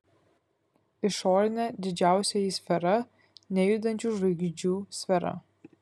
išorinė didžiausioji sfera nejudančių žvaigždžių sfera